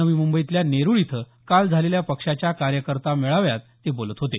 नवी मुंबईतल्या नेरूळ इथं काल झालेल्या पक्षाच्या कार्यकर्ता मेळाव्यात ते बोलत होते